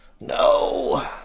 No